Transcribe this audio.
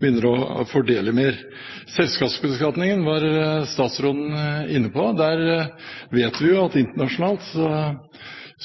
begynner å fordele mer. Selskapsbeskatningen var statsråden inne på. Vi vet at internasjonalt